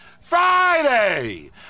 Friday